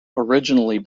originally